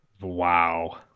Wow